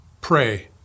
pray